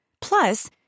Plus